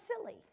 silly